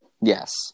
Yes